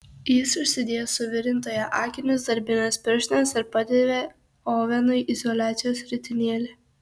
jis užsidėjo suvirintojo akinius darbines pirštines ir padavė ovenui izoliacijos ritinėlį